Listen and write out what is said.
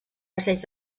passeig